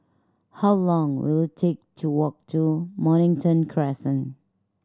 how long will it take to walk to Mornington Crescent